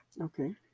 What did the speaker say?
okay